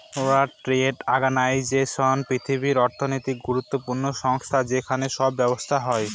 world trade organisation পৃথিবীর অর্থনৈতিক গুরুত্বপূর্ণ সংস্থা যেখানে সব ব্যবসা হয়